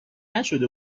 نشده